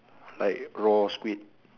like raw squid